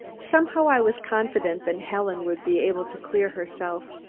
somehow i was confident that helen would be able to clear herself.